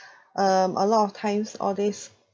um a lot of times all these